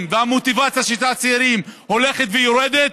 והמוטיבציה של הצעירים הולכים ויורדים,